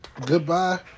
goodbye